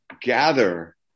gather